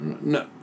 no